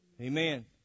Amen